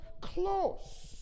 close